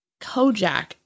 Kojak